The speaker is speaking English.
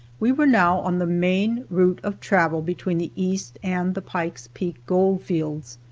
we were now on the main route of travel between the east and the pike's peak gold fields.